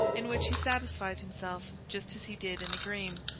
in which he satisfied himself just as he did in the dream.